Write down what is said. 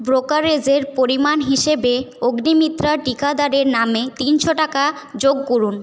ব্রোকারেজের পরিমাণ হিসেবে অগ্নিমিত্রা টীকাদারের নামে তিনশো টাকা যোগ করুন